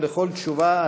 ולכל תשובה,